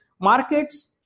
markets